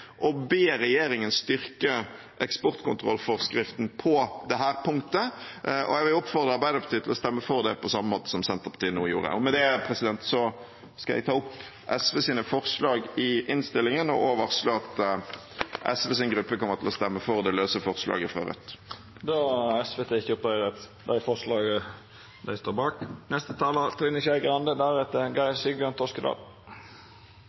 regjeringen styrke eksportkontrollforskriften på dette punktet. Jeg vil oppfordre Arbeiderpartiet til å stemme for det på samme måte som Senterpartiet nå varslet. Med det tar jeg opp SVs forslag i innstillingen og vil også varsle at SVs gruppe kommer til å stemme for det løse forslaget fra Rødt. Representanten Audun Lysbakken har teke opp dei forslaga han viste til. Norsk våpeneksport skal være både forutsigbar og streng, og den er